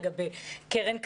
לגבי קרן קר"ב,